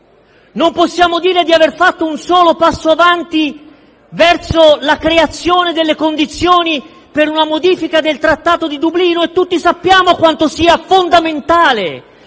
non possiamo dire di aver fatto un solo passo in avanti verso la creazione delle condizioni per la modifica del Trattato di Dublino e tutti sappiamo quanto sia fondamentale